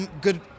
good